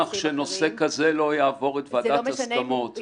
שנושא כזה לא יעבור את ועדת הסכמות.